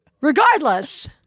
Regardless